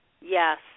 Yes